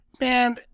man